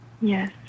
Yes